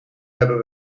hebben